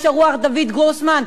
איש הרוח דויד גרוסמן,